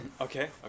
okay